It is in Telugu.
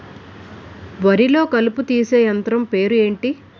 వరి లొ కలుపు తీసే యంత్రం పేరు ఎంటి?